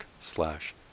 slash